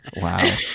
Wow